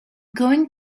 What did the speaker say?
going